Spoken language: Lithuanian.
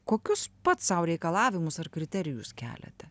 kokius pats sau reikalavimus ar kriterijus keliate